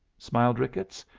smiled ricketts.